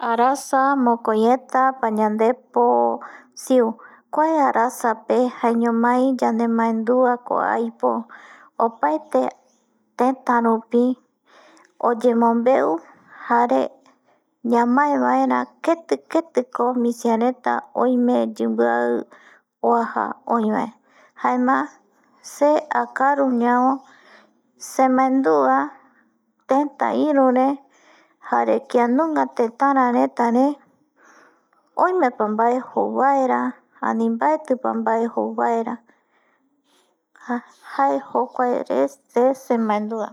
Arasa mokoieta pañandepo siu kua arasa pe jaeñomai yemandua ko aipo opaete teta rupi oyemombeu jare ñamae vaera keti keti ko misia reta oime yimbiai uaja oi va jaema se akaru ñavo semandua teta iru re jare kianunga tetara reta re oime pa vae jou vaera ani vaeti pa vae jou vaera jae jokua re se mandua